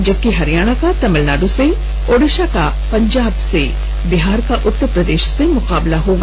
जबकि हरियाणा का तमिलनाडू से ओडिसा का पंजाब से बिहार का उतरप्रदेश से मुकाबला होगा